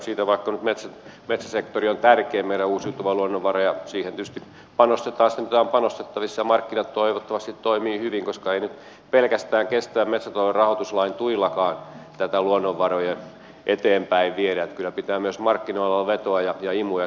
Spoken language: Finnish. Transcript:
vaikka metsäsektori on meidän tärkein uusiutuva luonnonvaramme ja siihen tietysti panostetaan mitä on panostettavissa ja markkinat toivottavasti toimivat hyvin koska ei nyt pelkästään kestävän metsätalouden rahoituslain tuillakaan näitä luonnonvaroja eteenpäin viedä niin kyllä pitää myös markkinoilla olla vetoa ja imua ja toivottavasti sitä löytyykin